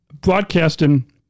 broadcasting